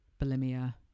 bulimia